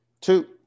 two